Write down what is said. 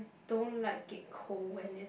don't like it cold when it